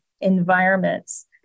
environments